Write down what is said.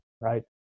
right